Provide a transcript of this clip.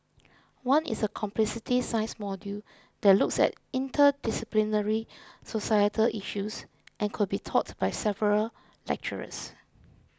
one is a complexity science module that looks at interdisciplinary societal issues and could be taught by several lecturers